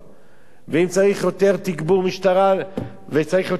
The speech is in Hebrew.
ואם צריך יותר תגבור משטרה וצריך יותר נוכחות,